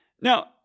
Now